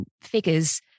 Figures